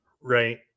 right